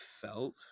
felt